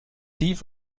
tief